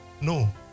No